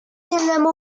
dynamo